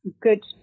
good